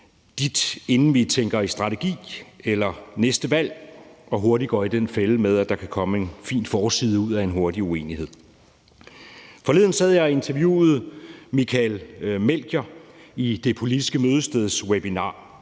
til, inden vi tænker i strategi eller på næste valg og hurtigt går i den fælde med, at der kan komme en fin forside ud af en hurtig uenighed. Kl. 12:11 Forleden sad jeg og interviewede Michael Melchior i »Det Politiske Mødesteds« webinar.